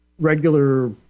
regular